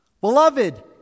Beloved